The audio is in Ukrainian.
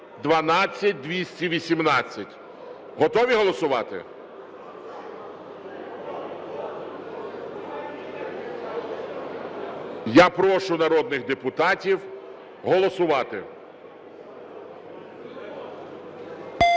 Готові голосувати? Я прошу народних депутатів голосувати.